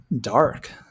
dark